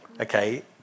Okay